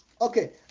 okay